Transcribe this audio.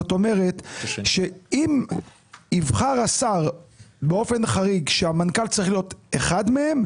זאת אומרת שאם יבחר השר באופן חריג שהמנכ"ל צריך להיות אחד מהם,